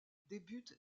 débute